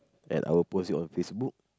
and I will post it on facebook